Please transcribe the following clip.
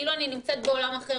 כאילו אני נמצאת בעולם אחר,